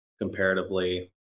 comparatively